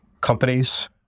companies